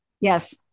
Yes